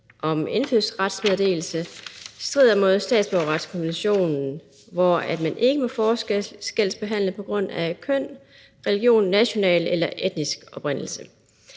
om indfødsretsmeddelelse, strider mod statsborgerretskonventionen, hvor man ikke må forskelsbehandle på grund af køn, religion, national eller etnisk oprindelse.